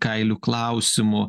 kailių klausimu